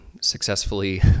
successfully